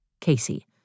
Casey